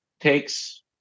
takes